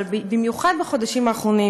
במיוחד בחודשים האחרונים,